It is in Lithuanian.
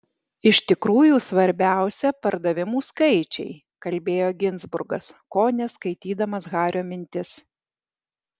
iš tikrųjų svarbiausia pardavimų skaičiai kalbėjo ginzburgas kone skaitydamas hario mintis